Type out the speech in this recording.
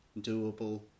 doable